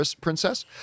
Princess